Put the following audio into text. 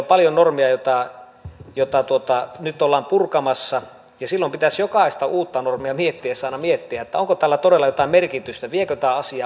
meillä on paljon normeja joita nyt ollaan purkamassa ja silloin pitäisi jokaista uutta normia miettiessä aina miettiä onko tällä todella jotain merkitystä viekö tämä asiaa oikeaan suuntaan